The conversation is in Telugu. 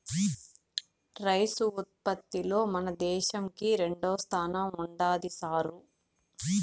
రైసు ఉత్పత్తిలో మన దేశంకి రెండోస్థానం ఉండాది సారూ